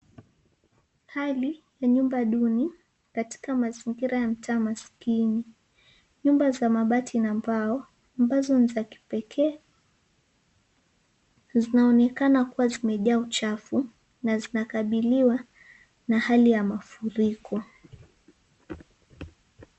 Hali ya nyumba duni katika mazingira ya mtaa maskini. Nyumba za mabati na mbao ambazo ni za kipekee, zinaonekana kuwa zimejaa uchafu na zinakabiliwa na hali ya mafuriko.